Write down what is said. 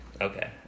Okay